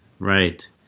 right